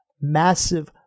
massive